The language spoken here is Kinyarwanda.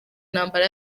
ntambara